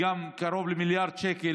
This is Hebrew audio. קרוב למיליארד שקל,